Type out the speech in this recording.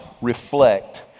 reflect